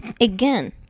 again